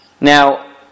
Now